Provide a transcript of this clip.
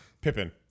Pippin